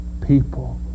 people